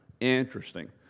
Interesting